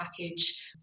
package